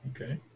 okay